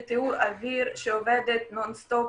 זאת מערכת לטיהור אויר שעובדת נון סטופ,